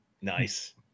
nice